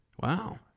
Wow